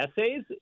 essays